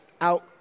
out